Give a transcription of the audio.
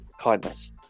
kindness